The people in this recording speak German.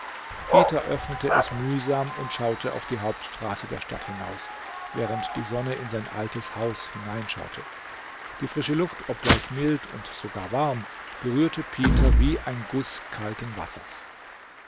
peter öffnete es mühsam und schaute auf die hauptstraße der stadt hinaus während die sonne in sein altes haus hinein schaute die frische luft obgleich mild und sogar warm berührte peter wie ein guß kalten wassers